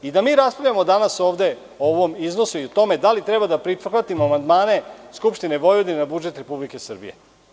I da mi raspravljamo danas ovde o ovom iznosu i o tome da li treba da prihvatimo amandmane Skupštine Vojvodine na budžet Republike Srbije.